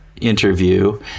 interview